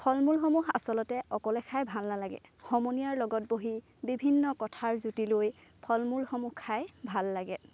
ফল মূল সমূহ আচলতে অকলে খাই ভাল নালাগে সমনীয়াৰ লগত বহি বিভিন্ন কথাৰ জুতি লৈ ফল মূল সমূহ খাই ভাল লাগে